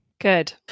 Good